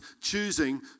choosing